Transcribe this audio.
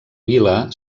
vila